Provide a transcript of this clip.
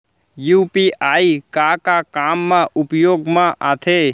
UPI का का काम मा उपयोग मा आथे?